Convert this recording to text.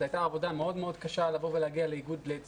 זו הייתה עבודה מאוד מאוד קשה להגיע לנציגות.